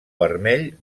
vermell